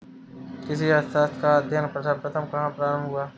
कृषि अर्थशास्त्र का अध्ययन सर्वप्रथम कहां प्रारंभ हुआ?